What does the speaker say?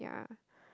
yeah